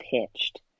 pitched